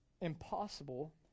Impossible